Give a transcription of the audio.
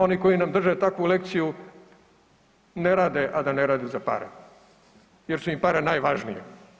Oni koji nam drže takvu lekciju ne rade, a da ne rade za pare jer su im pare najvažnije.